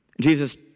Jesus